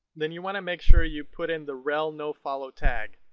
then you want to make sure you put in the rel nofollow tag.